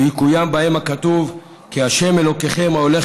ויקוים בהם הכתוב 'כי ה' אלהיכם ההלך